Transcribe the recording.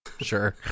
sure